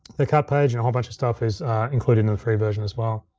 the cut page and a whole bunch of stuff is included in the free version as well.